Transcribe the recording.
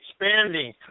expanding